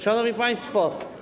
Szanowni Państwo!